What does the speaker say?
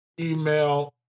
email